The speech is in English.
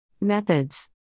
Methods